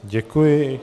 Děkuji.